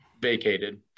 vacated